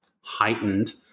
heightened